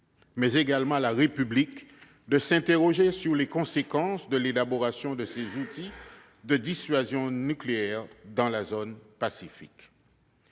mais également à la République de s'interroger sur les conséquences de l'élaboration de ses outils de dissuasion nucléaire dans la zone Pacifique.